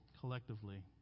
collectively